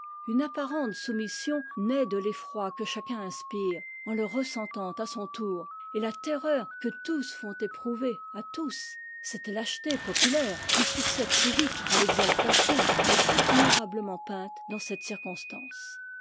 une apparente soumission naît de l'effroi que chacun inspire en ie ressentant à son tour et la terreur que tous font éprouver à tous cette lâcheté populaire qui succède si vite à l'exaltation est admirablement peinte dans cette circonstance